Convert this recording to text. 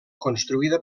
construïda